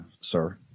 sir